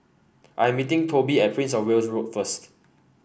I am meeting Toby at Prince Of Wales Road first